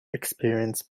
experienced